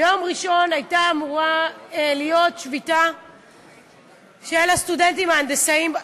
ביום ראשון הייתה אמורה להיות שביתה של הסטודנטים ההנדסאים,